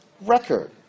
record